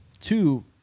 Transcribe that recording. two